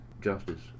justice